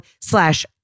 slash